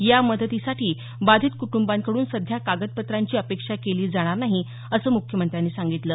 या मदतीसाठी बाधित कुटुंबांकडून सध्या कागदपत्रांची अपेक्षा केली जाणार नाही असं मुख्यमंत्र्यांनी सांगितलं